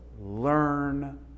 learn